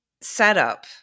setup